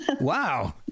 Wow